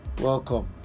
Welcome